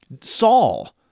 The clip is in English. Saul